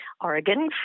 Oregon